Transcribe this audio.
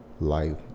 Life